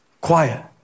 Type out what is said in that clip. Quiet